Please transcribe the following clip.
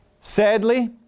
Sadly